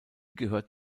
gehört